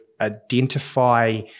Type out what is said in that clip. identify